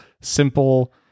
simple